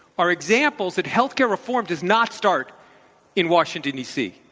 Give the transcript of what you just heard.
are examples that health care reform does not start in washington, d. c.